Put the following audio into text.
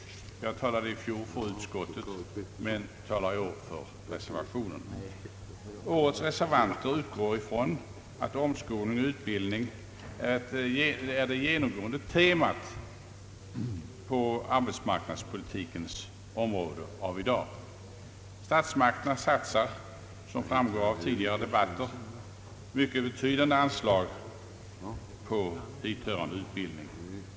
I fjol talade jag för utskottet, medan jag i år talar för reservationen. Årets reservanter utgår ifrån att omskolning och utbildning är det genomgående temat på arbetsmarknadspolitikens område av i dag. Statsmakterna satsar — som framgår av tidigare debatter — mycket betydande anslag på hithörande utbildning.